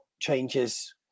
changes